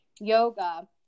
yoga